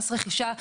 מס רכישה.